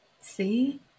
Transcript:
See